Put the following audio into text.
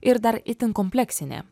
ir dar itin kompleksinė